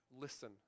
listen